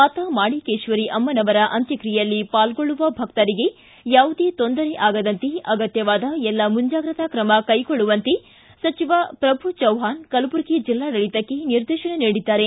ಮಾತಾ ಮಾಣಿಕೇಶ್ವರಿ ಅಮ್ನವರ ಅಂತ್ರಕ್ರಿಯೆಯಲ್ಲಿ ಪಾಲ್ಗೊಳ್ಳುವ ಭಕ್ತರಿಗೆ ಯಾವುದೇ ತೊಂದರೆ ಆಗದಂತೆ ಅಗತ್ಯವಾದ ಎಲ್ಲ ಮುಂಜಾಗ್ರತ ಕ್ರಮ ಕೈಗೊಳ್ಳುವಂತೆ ಸಚಿವ ಪ್ರಭು ಚವ್ವಾನ್ ಕಲಬುರಗಿ ಜಿಲ್ಲಾಡಳಿತಕ್ಕೆ ನಿರ್ದೇಶನ ನೀಡಿದ್ದಾರೆ